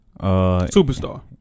Superstar